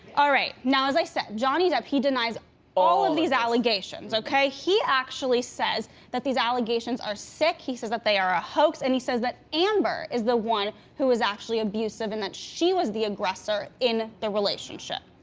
all right, now as i said, johnny depp, he denies all of these allegations, okay? he actually says that these allegations are sick, he says that they are a hoax and he says that amber is the one who was actually abusive and that she was the aggressor in the relationship.